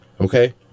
Okay